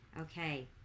Okay